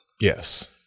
Yes